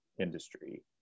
industry